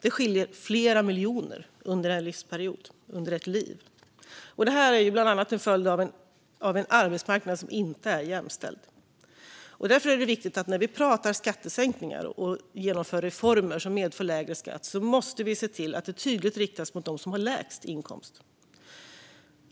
Det skiljer flera miljoner under ett liv, och det är bland annat till följd av en arbetsmarknad som inte är jämställd. Därför är det viktigt att vi när vi pratar skattesänkningar och genomför reformer som medför lägre skatt ser till att de tydligt riktas till dem som har lägst inkomst.